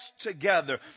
together